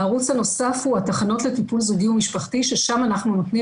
הערוץ הנוסף הוא התחנות לטיפול זוגי ומשפחתי ששם אנחנו נותנים